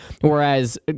whereas